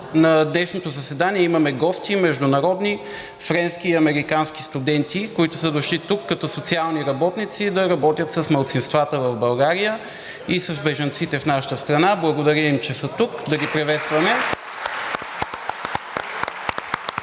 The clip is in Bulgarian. на днешното заседание имаме международни гости – френски и американски студенти, които са дошли тук като социални работници да работят с малцинствата в България и с бежанците в нашата страна. Благодаря им, че са тук. Да ги приветстваме.